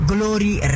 Glory